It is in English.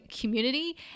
community